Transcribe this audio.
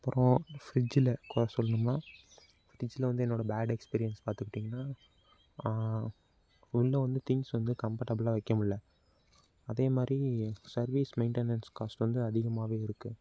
அதுக்கப்புறம் ஃப்ரிட்ஜ்ல குற சொல்லணும்னா ஃப்ரிட்ஜ்ல வந்து என்னோடய பேட் எக்ஸ்பீரியன்ஸ் பார்த்துக்கிட்டிங்கன்னா உள்ளே வந்து திங்க்ஸ் வந்து கம்ஃபர்டபுளாக வைக்க முடில்ல அதே மாதிரி சர்வீஸ் மெயின்ட்டனன்ஸ் காஸ்ட் வந்து அதிகமாகவே இருக்குது